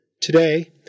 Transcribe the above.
Today